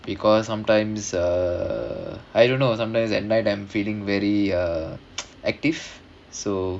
because sometimes uh I don't know sometimes at night am feeling very uh active so